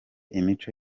imico